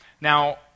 Now